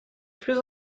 plus